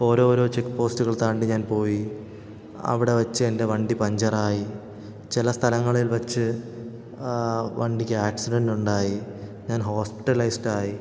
ഓരോരോ ചെക്ക് പോസ്റ്റുകൾ താണ്ടി ഞാൻ പോയി അവിടെ വെച്ച് എൻ്റെ വണ്ടി പഞ്ചറായി ചില സ്ഥലങ്ങളിൽ വെച്ച് വണ്ടിക്ക് ആക്സിഡൻറ്റുണ്ടായി ഞാൻ ഹോസ്പിറ്റലൈസ്ഡായി